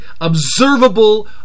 observable